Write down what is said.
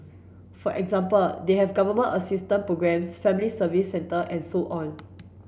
for example they have Government assistance programmes family service centre and so on